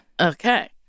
Okay